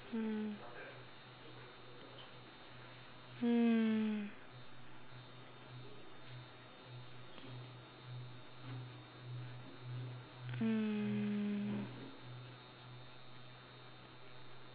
mm